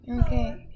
Okay